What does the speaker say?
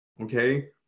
okay